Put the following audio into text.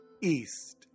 East